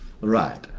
right